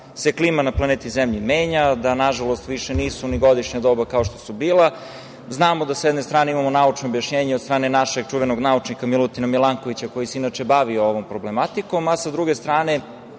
da se klima na planeti zemlji menja, da više nisu ni godišnja doba kao što su bila. Znamo da, s jedne strane, imamo naučno objašnjenje od strane našeg čuvenog naučnika Milutina Milankovića koji se inače bavio ovom problematikom, a sa druge strane,